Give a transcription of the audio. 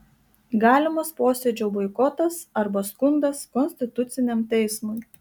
galimas posėdžio boikotas arba skundas konstituciniam teismui